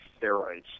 steroids